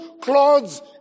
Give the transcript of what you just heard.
clothes